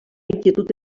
inquietud